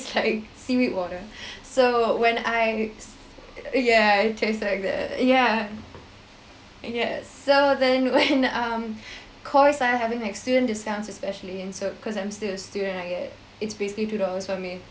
it's like seaweed water so when I ya it taste like that ya yes so then when um Koi started having like student discounts especially and so cause I'm still a student I get it's basically two dollars for me